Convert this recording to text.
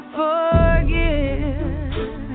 forgive